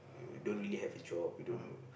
don't really have a job you don't